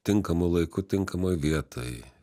tinkamu laiku tinkamoj vietoj